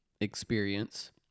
experience